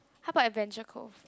how about Adventure-Cove